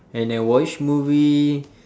and then watch movie